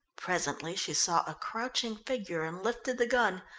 presently she saw a crouching figure and lifted the gun,